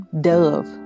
Dove